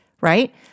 right